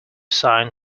sign